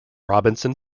robinson